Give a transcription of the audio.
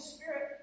Spirit